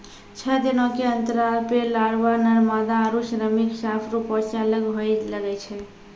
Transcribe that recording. छः दिनो के अंतराल पे लारवा, नर मादा आरु श्रमिक साफ रुपो से अलग होए लगै छै